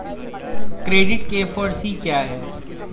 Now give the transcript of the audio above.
Credit के four C क्या हैं?